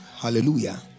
Hallelujah